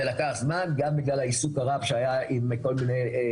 זה לקח זמן גם בגלל העיסוק הרב בכל העניינים